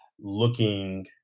looking